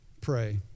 pray